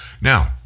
Now